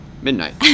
midnight